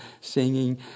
singing